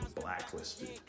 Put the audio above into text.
blacklisted